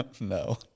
No